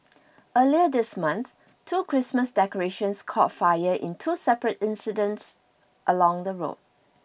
earlier this month two Christmas decorations caught fire on two separate incidents along the road